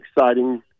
exciting